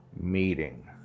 meeting